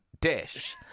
Dish